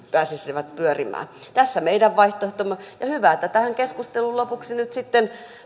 pääsisivät pyörimään tässä meidän vaihtoehtomme ja hyvä että tähän keskusteluun lopuksi nyt sitten